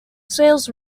sales